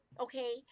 Okay